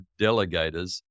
delegators